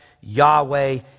Yahweh